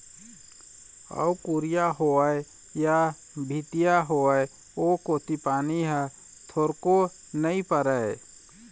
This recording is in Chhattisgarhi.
अउ कुरिया होवय या भीतिया होवय ओ कोती पानी ह थोरको नइ परय